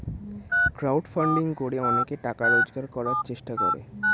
crowd funding করে অনেকে টাকা রোজগার করার চেষ্টা করে